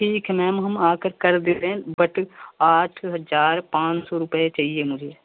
ठीक है मैम हम आकर कर दे रहे हैं बट आठ हज़ार पाँच सौ रुपये चाहिए मुझे